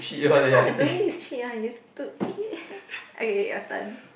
ya I don't need to cheat one you stupid okay your turn